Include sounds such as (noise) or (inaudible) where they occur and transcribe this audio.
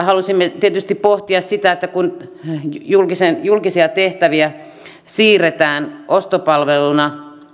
(unintelligible) halusimme tietysti pohtia sitä että kun julkisia tehtäviä siirretään ostopalveluna